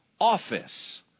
office